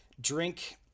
drink